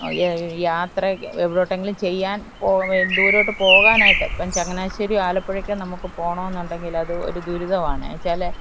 യ യാത്ര ഒക്കെ എവിടോട്ടെങ്കിലും ചെയ്യാൻ പോകേണ്ടി ദൂരത്തോട്ടു പോകാനായിട്ട് ഇപ്പോൾ ചങ്ങനാശ്ശേരി ആലപ്പുഴയൊക്കെ നമുക്കു പോകണമെന്നുണ്ടെങ്കിൽ അതു ഒരു ദുരിതം ആണ് എന്നു വെച്ചാൽ